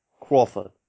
Crawford